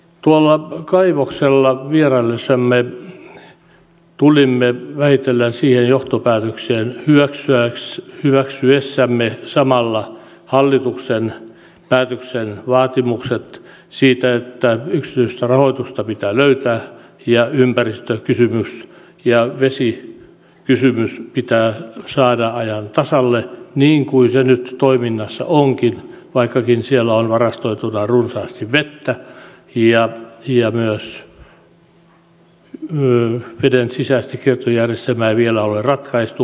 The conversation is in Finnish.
tuolla kaivoksella vieraillessamme tulimme vähitellen siihen johtopäätökseen hyväksyessämme samalla hallituksen päätöksen ja vaatimukset että yksityistä rahoitusta pitää löytää ja ympäristökysymys ja vesikysymys pitää saada ajan tasalle niin kuin se nyt toiminnassa onkin vaikkakin siellä on varastoituna runsaasti vettä eikä myöskään veden sisäistä kiertojärjestelmää vielä ole ratkaistu